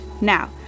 Now